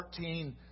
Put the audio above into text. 14